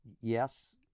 yes